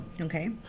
Okay